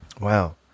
Wow